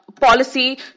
policy